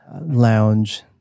lounge